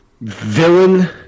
villain